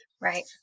Right